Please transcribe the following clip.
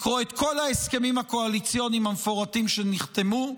לקרוא את כל ההסכמים הקואליציוניים המפורטים שנחתמו,